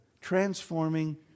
transforming